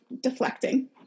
deflecting